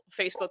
Facebook